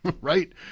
right